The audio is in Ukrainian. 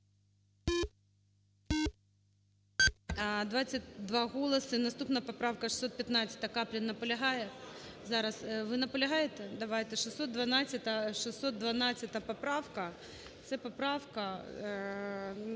22 голоси. Наступна поправка 615,Каплін. Наполягає? Зараз. Ви наполягаєте? Давайте. 612 поправка, це поправка